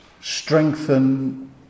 strengthen